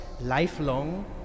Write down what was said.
lifelong